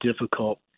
difficult